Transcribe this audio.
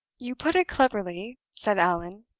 you put it cleverly, said allan,